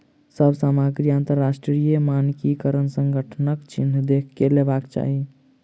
सभ सामग्री अंतरराष्ट्रीय मानकीकरण संगठनक चिन्ह देख के लेवाक चाही